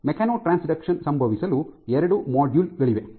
mechanotransduction ಸಂಭವಿಸಲು ಎರಡು module ಗಳಿವೆ